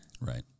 Right